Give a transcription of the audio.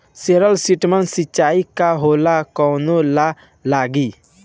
Solar system सिचाई का होला कवने ला लागी?